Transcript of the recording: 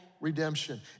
Redemption